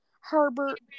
Herbert